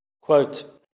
quote